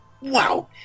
wow